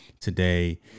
today